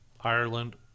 Ireland